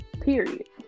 period